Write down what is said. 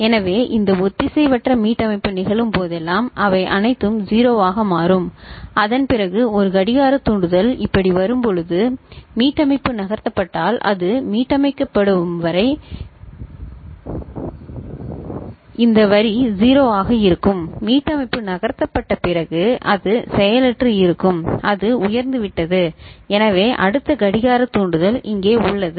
எனவே இந்த ஒத்திசைவற்ற மீட்டமைப்பு நிகழும் போதெல்லாம் அவை அனைத்தும் 0 ஆக மாறும் அதன்பிறகு ஒரு கடிகார தூண்டுதல் இப்படி வரும்போது மீட்டமைப்பு நகர்த்தப்பட்டால் அது மீட்டமைக்கப்படும் வரை இந்த வரி 0 ஆக இருக்கும் மீட்டமைப்பு நகர்த்தப்பட்ட பிறகு அது செயலற்று இருக்கும் அது உயர்ந்துவிட்டது எனவே அடுத்த கடிகார தூண்டுதல் இங்கே உள்ளது